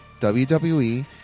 WWE